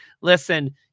listen